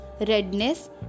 redness